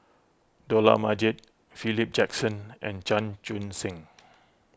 Dollah Majid Philip Jackson and Chan Chun Sing